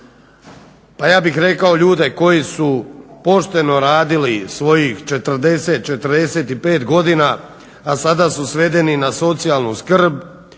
pa ja bih rekao ljude koji su pošteno radili svojih 40, 45 godina a sada su svedeni na socijalnu skrb.